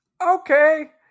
Okay